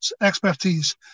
expertise